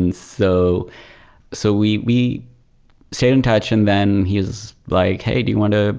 and so so we we stayed in touch and then he was like, hey, do you want to